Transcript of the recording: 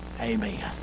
amen